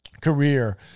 career